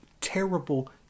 terrible